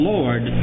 Lord